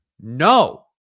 no